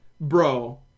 bro